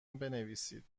بنویسید